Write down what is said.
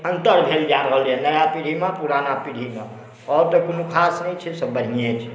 अन्तर भेल जा रहलै यऽ नया पीढ़ीमे पुराना पीढ़ीमे आओर तऽ कोनो खास नहि छै सभ बढ़िये छै